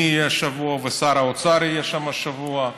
אני אהיה השבוע ושר האוצר יהיה שם השבוע.